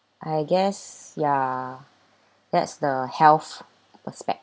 I guess ya that's the health perspective